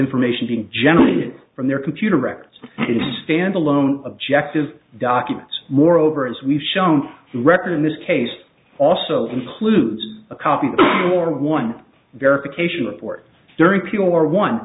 information being generated from their computer records is a standalone objective documents moreover as we've shown record in this case also includes a copy or one verification report during chemo or one